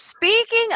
Speaking